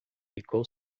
ficou